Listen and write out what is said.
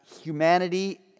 humanity